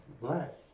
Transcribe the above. black